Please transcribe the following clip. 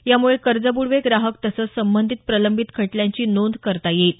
यामुळे कर्जबुडवे ग्राहक तसंच संबंधित प्रलंबित खटल्यांची नोंद करता येईल